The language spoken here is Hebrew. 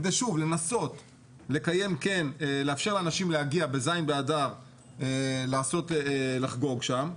כדי שוב לנסות לאפשר לאנשים להגיע בז' באדר לחגוג שם,